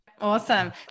Awesome